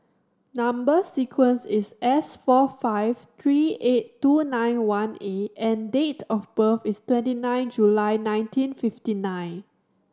number sequence is S four five three eight two nine one A and date of birth is twenty nine July nineteen fifty nine